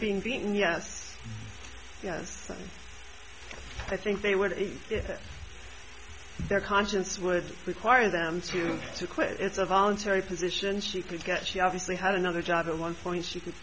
being being yes yes i think they would ease their conscience would require them to to quit it's a voluntary position she could get she obviously had another job at one point she could